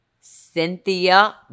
Cynthia